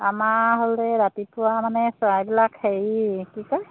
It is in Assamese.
আমাৰ হ'ল এই ৰাতিপুৱা মানে চৰাইবিলাক হেৰি কি কয়